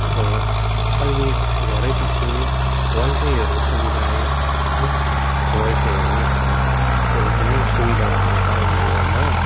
र अहिले घरैपिछे वाइफाईहरूको सुविधा आयो है वाइफाईहरूको एकदमै सुविधा भएको कारणले गर्दा